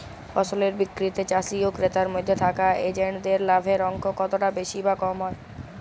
ফসলের বিক্রিতে চাষী ও ক্রেতার মধ্যে থাকা এজেন্টদের লাভের অঙ্ক কতটা বেশি বা কম হয়?